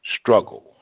struggle